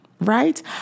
right